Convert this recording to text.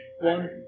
One